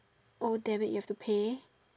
oh damn it you have to pay